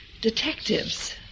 Detectives